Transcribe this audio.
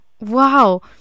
wow